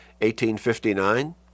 1859